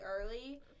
early